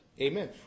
Amen